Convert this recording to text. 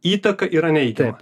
įtaka yra neigiama